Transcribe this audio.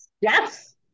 Yes